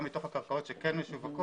גם מתוך הקרקעות שכן משווקות,